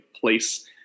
place